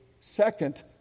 second